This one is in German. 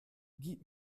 gib